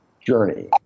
journey